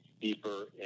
deeper